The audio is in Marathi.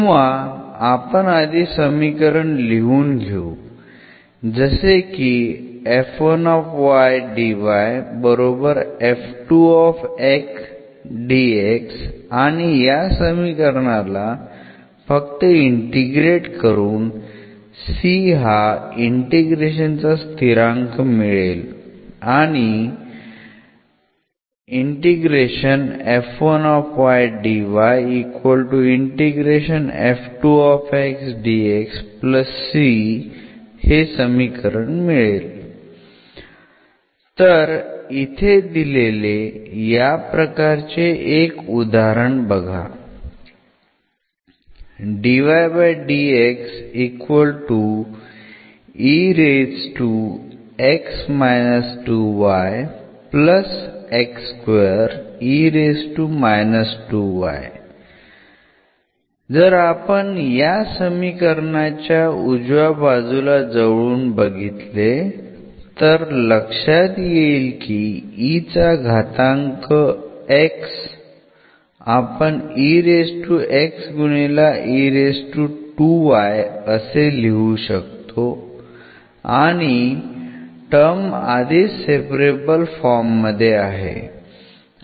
किंवा आपण आधी समीकरण लिहून घेऊ जसे की बरोबर आणि या समीकरणाला फक्त इंटिग्रेट करून c हा इंटिग्रेशन चा स्थिरांक मिळेल आणि तर इथे दिलेले याप्रकारचे एक उदाहरण बघा जर आपण या समीकरणाच्या उजव्या बाजूला जवळून बघितले तर लक्षात येईल की e चा घातांक x आपण गुणेला असे लिहू शकतो आणि टर्म आधीच सेपरेबल फॉर्म मध्ये आहे